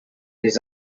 his